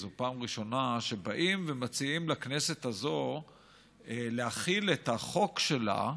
זו פעם ראשונה שבאים ומציעים לכנסת הזאת להחיל את החוק שלה,